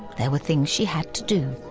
there were things she had to do.